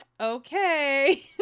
okay